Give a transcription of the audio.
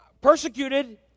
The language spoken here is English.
Persecuted